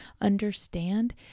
understand